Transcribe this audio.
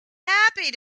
happy